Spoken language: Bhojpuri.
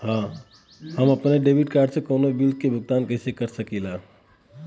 हम अपने डेबिट कार्ड से कउनो बिल के भुगतान कइसे कर सकीला?